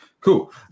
Cool